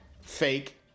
Fake